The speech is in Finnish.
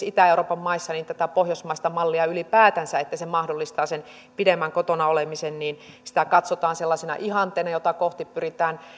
itä euroopan maissa ylipäätänsä tätä pohjoismaista mallia sitä että se mahdollistaa sen pidemmän kotona olemisen katsotaan sellaisena ihanteena jota kohti pyritään